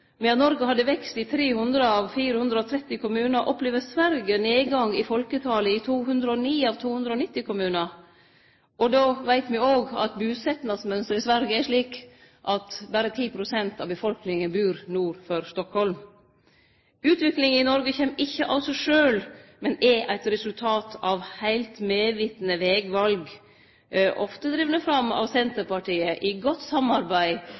Medan Noreg hadde vekst i 300 av 430 kommunar, opplever Sverige nedgang i folketalet i 209 av 290 kommunar. Då veit me òg at busetnadsmønsteret i Sverige er slik at berre 10 pst. av befolkninga bur nord for Stockholm. Utviklinga i Noreg kjem ikkje av seg sjølv, men er eit resultat av heilt medvitne vegval, ofte drivne fram av Senterpartiet i godt samarbeid